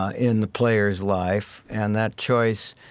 ah in the player's life and that choice,